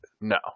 No